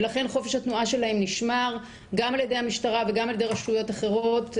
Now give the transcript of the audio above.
ולכן חופש התנועה שלהם נשמר גם על ידי המשטרה וגם על ידי רשויות אחרות,